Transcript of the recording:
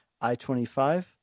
I-25